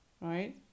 right